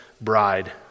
bride